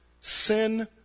Sin